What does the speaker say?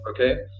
Okay